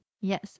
Yes